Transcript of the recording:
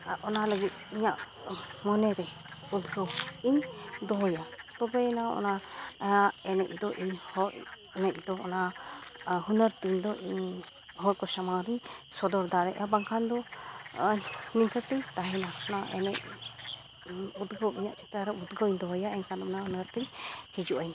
ᱟᱨ ᱚᱱᱟ ᱞᱟᱹᱜᱤᱫ ᱤᱧᱟᱹᱜ ᱢᱚᱱᱮ ᱨᱮ ᱩᱫᱽᱜᱟᱹᱣ ᱤᱧ ᱫᱚᱦᱚᱭᱟ ᱛᱚᱵᱮᱭᱮᱱᱟ ᱚᱱᱟ ᱮᱱᱮᱡᱽ ᱫᱚ ᱤᱧ ᱦᱚᱸ ᱮᱱᱮᱡᱽ ᱫᱚ ᱚᱱᱟ ᱦᱩᱱᱟᱹᱨ ᱛᱤᱧ ᱫᱚ ᱤᱧ ᱦᱚᱲ ᱠᱚ ᱥᱟᱢᱟᱝ ᱨᱤᱧ ᱥᱚᱫᱚᱨ ᱫᱟᱲᱮᱭᱟᱜᱼᱟ ᱵᱟᱝᱠᱷᱟᱱ ᱫᱚ ᱱᱤᱝᱠᱟᱹᱛᱤᱧ ᱛᱟᱦᱮᱱᱟ ᱚᱱᱟ ᱮᱱᱮᱡᱽ ᱩᱫᱽᱜᱟᱹᱣ ᱮᱱᱮᱡᱽ ᱪᱮᱛᱟᱱ ᱨᱮ ᱩᱫᱽᱜᱟᱹᱣᱤᱧ ᱫᱚᱦᱚᱭᱟ ᱮᱱᱠᱷᱟᱱ ᱚᱱᱟ ᱦᱩᱱᱟᱹᱨ ᱛᱤᱧ ᱦᱤᱡᱩᱜᱼᱟᱹᱧ